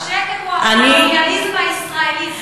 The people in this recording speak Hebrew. השקר הוא "הקולוניאליזם הישראלי".